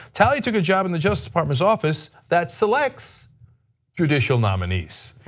talley took a job in the justice department office that selects judicial nominees.